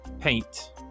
Paint